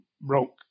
broke